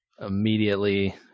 Immediately